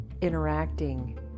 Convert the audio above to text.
interacting